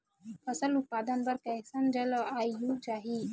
फसल उत्पादन बर कैसन जलवायु चाही?